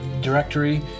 directory